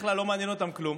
בדרך כלל לא מעניין אותם כלום,